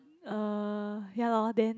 uh ya lor then